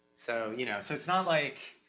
so, you know so it's not like,